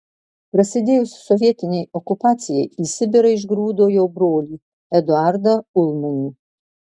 prasidėjus sovietinei okupacijai į sibirą išgrūdo jo brolį eduardą ulmanį